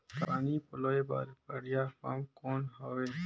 पानी पलोय बर बढ़िया पम्प कौन हवय?